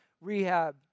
rehab